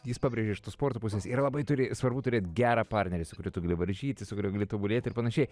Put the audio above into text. jis pabrėžė iš tos sporto pusės yra labai turi svarbu turėt gerą partnerį su kuriuo gali varžytis su kuriuo gali tobulėti ir panašiai